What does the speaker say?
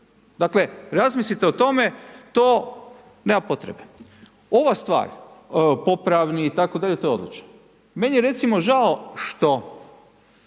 Dakle razmislite o tome, to nema potrebe. Ova stvar, popravni itd., to je odlično. Meni je recimo žao što